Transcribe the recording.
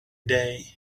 day